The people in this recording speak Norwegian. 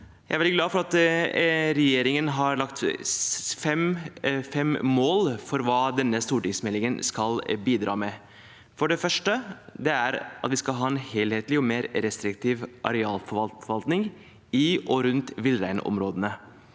veldig glad for at regjeringen har satt fem mål for hva denne stortingsmeldingen skal bidra med. Det første er at vi skal ha en helhetlig og mer restriktiv arealforvaltning i og rundt villreinområdene.